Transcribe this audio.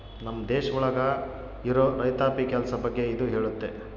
ನಮ್ ದೇಶ ಒಳಗ ಇರೋ ರೈತಾಪಿ ಕೆಲ್ಸ ಬಗ್ಗೆ ಇದು ಹೇಳುತ್ತೆ